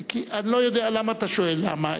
אני לא יודע למה אתה שואל למה.